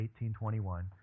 18.21